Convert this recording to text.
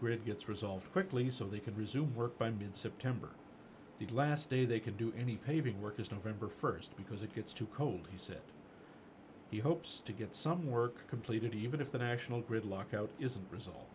grid gets resolved quickly so they can resume work by mid september the last day they can do any paving work is november st because it gets too cold he said he hopes to get some work completed even if the national grid lock out isn't